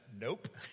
nope